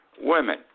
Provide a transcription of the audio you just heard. women